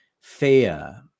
fear